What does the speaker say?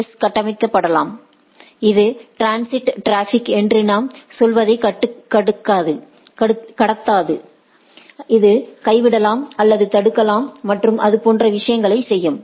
S கட்டமைக்கப்படலாம் இது transit traffic என்று நாம் சொல்வதை கடத்தாது அது கைவிடலாம் அல்லது தடுக்கலாம் மற்றும் அது போன்ற விஷயங்களை செய்யும்